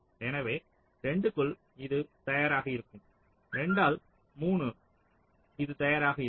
எனவே 2 க்குள் இது தயாராக இருக்கும் 2 ஆல் 3 இது தயாராக இருக்கும்